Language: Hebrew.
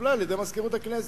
התקבלה על-ידי מזכירות הכנסת,